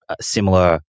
similar